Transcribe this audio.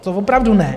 To opravdu ne.